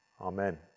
amen